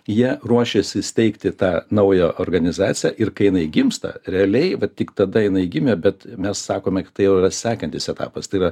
jie ruošiasi steigti tą naują organizaciją ir kai jinai gimsta realiai va tik tada jinai gimė bet mes sakome kad tai yra sekantis etapas tai yra